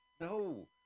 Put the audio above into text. No